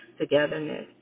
togetherness